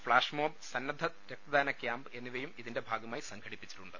flash mob സന്നദ്ധ രക്തദാന camp എന്നിവയും ഇതിന്റെ ഭാഗമായി സംഘടിപ്പിച്ചിട്ടുണ്ട്